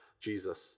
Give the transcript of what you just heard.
Jesus